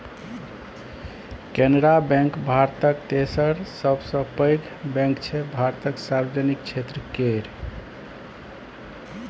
Canara bank भारतक तेसर सबसँ पैघ बैंक छै भारतक सार्वजनिक क्षेत्र केर